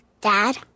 Dad